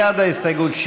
בעד ההסתייגות,